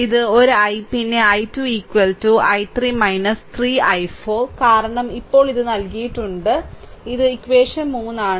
ഇത് ഒരു I പിന്നെ I2 I3 3 i4 കാരണം ഇപ്പോൾ ഇത് നൽകിയിട്ടുണ്ട് i4 ഇത് ഇക്വഷൻ 3